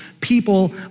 people